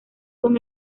con